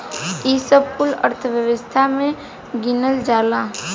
ई सब कुल अर्थव्यवस्था मे गिनल जाला